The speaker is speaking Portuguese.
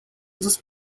dos